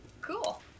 Cool